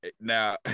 Now